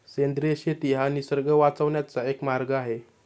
सेंद्रिय शेती हा निसर्ग वाचवण्याचा एक मार्ग आहे